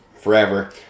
forever